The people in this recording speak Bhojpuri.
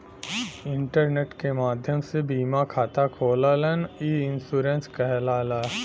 इंटरनेट के माध्यम से बीमा खाता खोलना ई इन्शुरन्स कहलाला